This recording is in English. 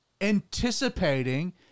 anticipating